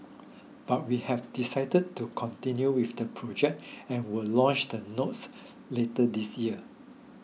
but we have decided to continue with the project and will launch the notes later this year